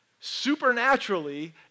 supernaturally